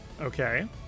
Okay